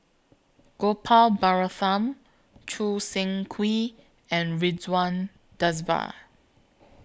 Gopal Baratham Choo Seng Quee and Ridzwan Dzafir